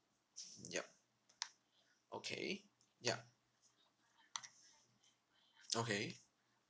yup okay yup okay